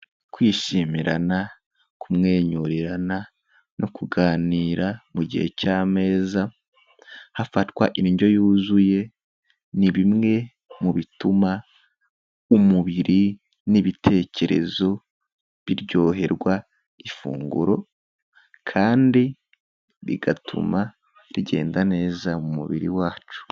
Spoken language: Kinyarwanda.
Kwishimirana, kumwenyurirana, no kuganira mu gihe cy'ameza, hafatwa indyo yuzuye, ni bimwe mu bituma umubiri n'ibitekerezo biryoherwa ifunguro kandi bigatuma rigenda neza mu mubiri wacu.